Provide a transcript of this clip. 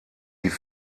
die